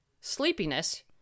sleepiness